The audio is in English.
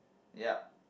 yup